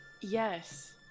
Yes